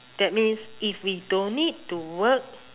that means if we don't need to work